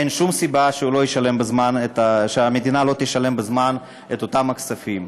ואין שום סיבה שהמדינה לא תשלם בזמן את אותם הכספים.